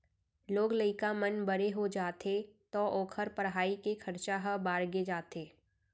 लोग लइका मन बड़े हो जाथें तौ ओकर पढ़ाई के खरचा ह बाड़गे जाथे